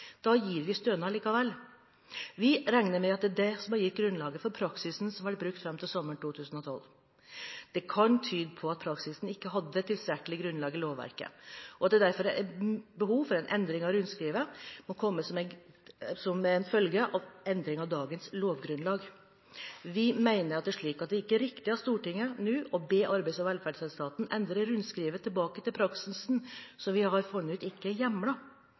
Da gis det stønad likevel. Vi regner med at det er det som har gitt grunnlaget for praksisen som har vært brukt fram til sommeren 2012. Det kan tyde på at praksisen ikke hadde tilstrekkelig grunnlag i lovverket, og at en endring av rundskrivet må komme som en følge av en endring i dagens lovgrunnlag. Vi mener det er slik at det ikke er riktig av Stortinget nå å be Arbeids- og velferdsetaten endre rundskrivet tilbake til en praksis som vi har funnet ut ikke